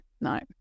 no